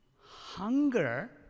Hunger